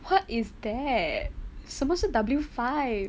what is that 什么是 W five